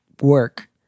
work